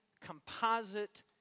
composite